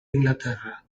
inglaterra